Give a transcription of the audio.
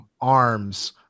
arms